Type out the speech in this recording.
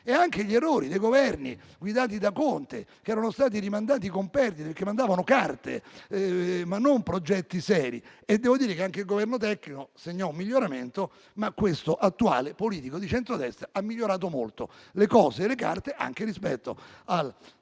ricordare gli errori dei Governi guidati da Conte, che erano stati rimandati con perdite, perché mandavano carte, ma non progetti seri. Devo riconoscere che anche il Governo tecnico segnò un miglioramento, ma questo attuale Governo politico di centrodestra ha migliorato molto le cose e le carte, anche rispetto al